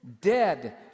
Dead